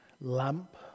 lamp